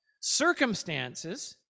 circumstances